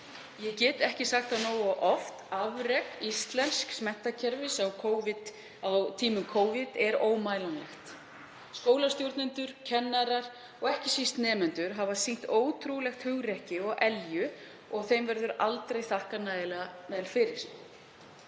Ég get ekki sagt það nógu oft: Afrek íslensks menntakerfis á tímum Covid eru ómælanleg. Skólastjórnendur, kennarar og ekki síst nemendur hafa sýnt ótrúlegt hugrekki og elju og þeim verður aldrei þakkað nægilega vel fyrir.